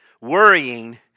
Worrying